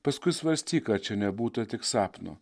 paskui svarstyk ar čia nebūta tik sapno